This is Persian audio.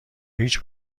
هیچ